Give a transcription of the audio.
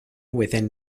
within